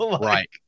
right